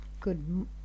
good